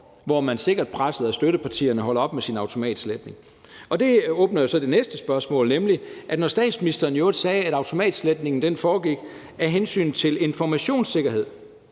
hvor man, sikkert presset af støttepartierne, holder op med sin automatsletning. Og det åbner jo så det næste spørgsmål, nemlig i forhold til at statsministeren i øvrigt sagde, at automatsletningen foregik af hensyn til informationssikkerhed.